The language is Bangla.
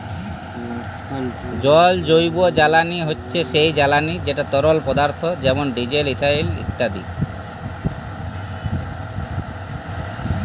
জল জৈবজ্বালানি হছে সেই জ্বালানি যেট তরল পদাথ্থ যেমল ডিজেল, ইথালল ইত্যাদি